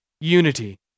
unity